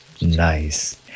Nice